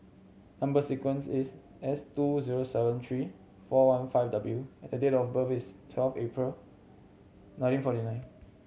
number sequence is S two zero seven three four one five W and the date of birth is twelve April nineteen forty nine